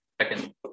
second